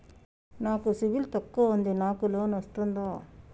నాకు సిబిల్ తక్కువ ఉంది నాకు లోన్ వస్తుందా?